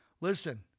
Listen